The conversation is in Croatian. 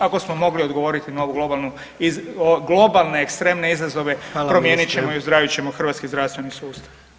Ako smo mogli odgovoriti na ovu globalnu, globalne ekstremne izazove, promijenit ćemo [[Upadica: Hvala ministre.]] i ozdravit ćemo hrvatski zdravstveni sustav.